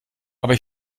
aber